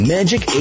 Magic